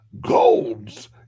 Gold's